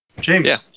James